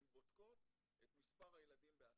הן בודקות את מספר הילדים בהסעה.